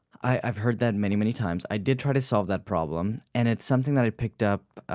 i've heard that many many times. i did try to solve that problem, and it's something that i picked up